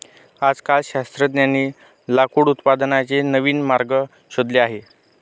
आजकाल शास्त्रज्ञांनी लाकूड उत्पादनाचे नवीन मार्ग शोधले आहेत